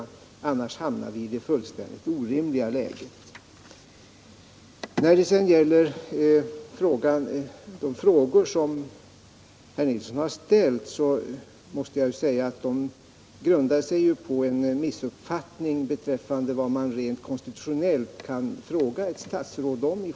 Om så inte sker hamnar vi i ett fullständigt orimligt läge. När det sedan gäller de frågor som herr Nilsson har ställt, så grundar de sig på en missuppfattning beträffande vad man rent konstitutionellt kan fråga ett statsråd om.